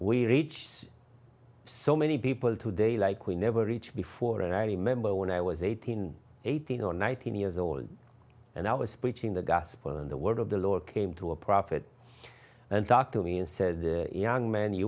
reach so many people today like we never reach before and i remember when i was eighteen eighteen or nineteen years old and i was preaching the gospel and the word of the lord came to a prophet and talked to me and said young man you